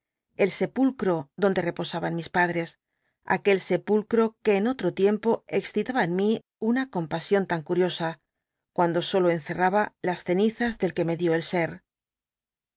el sepulcro donde reposaban mis pad tes aquel sepulcro qu e en otro tiempo excitaba en mi una co mpasion lan curiooa cuando solo encerraba las cenizas del que me dió el ser